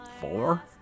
four